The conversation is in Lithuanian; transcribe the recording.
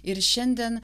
ir šiandien